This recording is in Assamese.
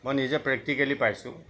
মই নিজে প্ৰেক্টিকেলী পাইছোঁ